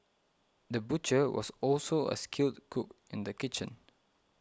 the butcher was also a skilled cook in the kitchen